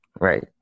Right